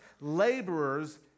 laborers